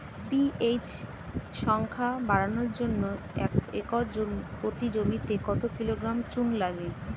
PH সংখ্যা বাড়ানোর জন্য একর প্রতি জমিতে কত কিলোগ্রাম চুন লাগে?